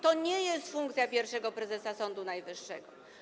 To nie jest funkcja pierwszego prezesa Sądu Najwyższego.